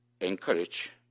encourage